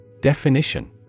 Definition